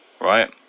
Right